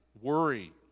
worry